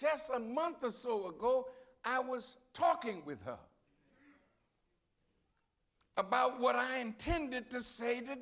just a month or so ago i was talking with her about what i intended to say that